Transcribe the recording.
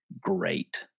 great